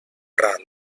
ral